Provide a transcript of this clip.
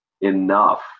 enough